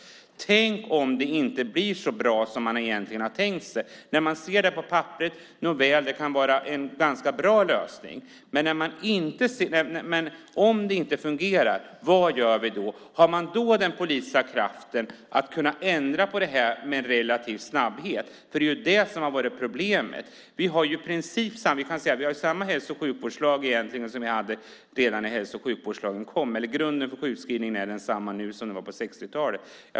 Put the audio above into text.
Tänk om det inte blir så bra som man har tänkt sig. När man ser det på papperet kan det vara en bra lösning. Om det inte fungerar, vad gör vi då? Har man då den politiska kraften att ändra på detta relativt snabbt? Det är ju det som har varit problemet. Vi har samma hälso och sjukvårdslag som vi hade när den kom. Grunden för sjukskrivning är densamma nu som den var på 60-talet.